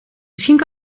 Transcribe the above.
misschien